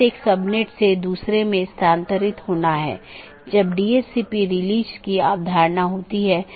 एक अन्य संदेश सूचना है यह संदेश भेजा जाता है जब कोई त्रुटि होती है जिससे त्रुटि का पता लगाया जाता है